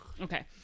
Okay